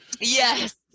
Yes